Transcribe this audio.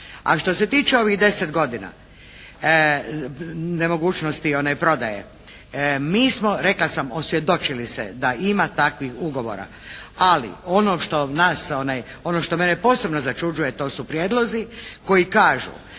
A što se tiče ovih 10 godina nemogućnosti one prodaje. Mi smo rekla sam, osvjedočili se, da ima takvih ugovora. Ali ono što nas, ono što mene posebno začuđuje to su prijedlozi koji kažu